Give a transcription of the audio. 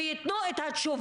והם בעצמם ייתנו את התשובות,